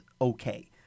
okay